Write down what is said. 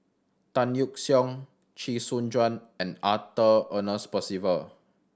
Tan Yeok Seong Chee Soon Juan and Arthur Ernest Percival